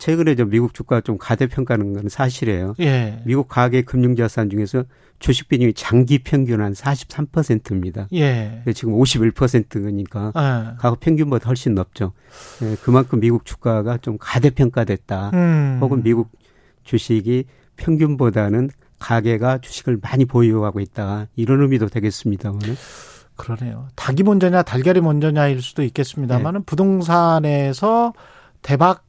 최근에 좀 미국 주가가 좀 가대평가는 건 사실이에요. 예. 미국 가계 금융자산 중에서 주식 비중이 장기 평균 한 43%입니다. 예. 근데 지금 51%니까 예. 가구 평균보다 훨씬 높죠. 예, 그만큼 미국 주가가 좀 가대평가됐다. 음. 혹은 미국 주식이 평균보다는 가계가 주식을 많이 보유하고 있다. 이런 의미도 되겠습니다마는. 그러네요. 닭이 먼저냐, 달걀이 먼저냐일 수도 있겠습니다마는 예. 부동산에서 대박